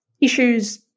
issues